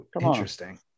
Interesting